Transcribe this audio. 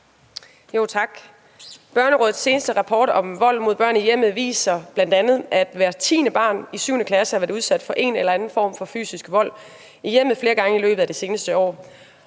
Tak. Børnerådets seneste rapport om vold mod børn i hjemmet viser bl.a., at hvert tiende barn i 7. klasse har været udsat for en eller anden form for fysisk vold i hjemmet flere gange i løbet af det seneste år.